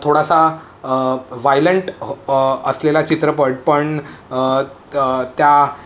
थोडासा वायलंट हो असलेला चित्रपट पण त्या